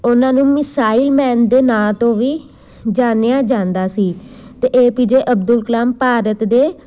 ਉਹਨਾਂ ਨੂੰ missile man ਦੇ ਨਾਂ ਤੋਂ ਵੀ ਜਾਣਿਆ ਜਾਂਦਾ ਸੀ ਅਤੇ ਏਪੀਜੇ ਅਬਦੁਲ ਕਲਾਮ ਭਾਰਤ ਦੇ